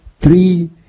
Three